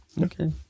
okay